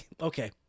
okay